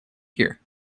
here